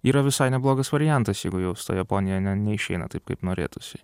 yra visai neblogas variantas jeigu jau su japonija ne neišeina taip kaip norėtųsi